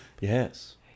Yes